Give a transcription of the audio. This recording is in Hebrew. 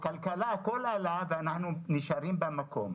הכלכלה, אנחנו נשארים במקום.